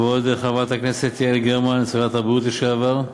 כבוד חברת הכנסת יעל גרמן, שרת הבריאות לשעבר,